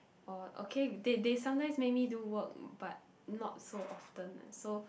or okay they they sometimes made me do work but not so often so